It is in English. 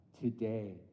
today